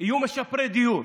יהיו משפרי דיור.